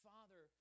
Father